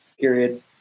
period